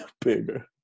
Bigger